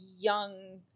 young